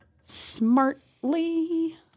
smartly